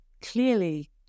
clearly